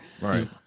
Right